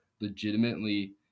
legitimately